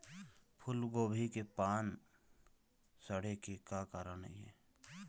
फूलगोभी के पान सड़े के का कारण ये?